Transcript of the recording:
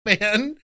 man